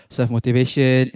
Self-motivation